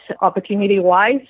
opportunity-wise